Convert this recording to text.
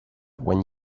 when